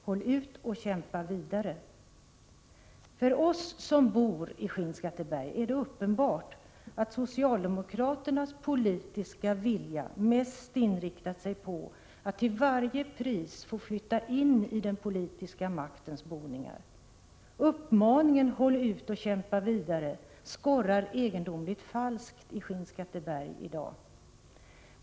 Håll ut och kämpa vidare!” För oss som bor i Skinnskatteberg är det uppenbart att socialdemokraternas politiska vilja mest inriktat sig på att till varje pris få flytta in i den politiska maktens boningar. Uppmaningen ”Håll ut och kämpa vidare!” skorrar egendomligt falskt i Skinnskatteberg i dag.